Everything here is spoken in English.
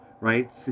right